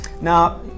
now